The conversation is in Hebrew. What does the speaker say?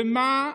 ומה?